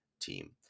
team